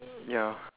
ya